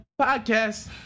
podcast